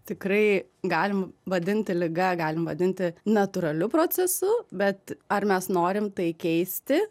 tikrai galim vadinti liga galim vadinti natūraliu procesu bet ar mes norim tai keisti